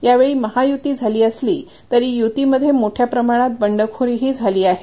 यावेळी महायुती झाली असली तरी युतीमध्ये मोठ्याप्रमाणात बंडखोरीही झाली आहे